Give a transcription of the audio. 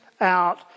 out